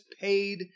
paid